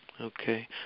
Okay